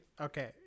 okay